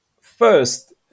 first